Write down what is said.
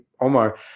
Omar